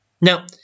Now